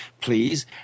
please